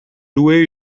louer